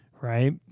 right